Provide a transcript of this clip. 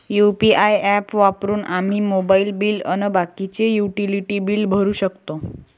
UPI app वापरून आम्ही mobile bill अन बाकीचे युटिलिटी बिल भरू शकतो